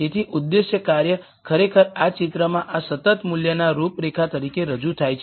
તેથી ઉદ્દેશ્ય કાર્ય ખરેખર આ ચિત્રમાં આ સતત મૂલ્યના રૂપરેખા તરીકે રજૂ થાય છે